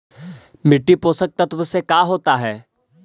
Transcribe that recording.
मिट्टी पोषक तत्त्व से का होता है?